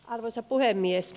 arvoisa puhemies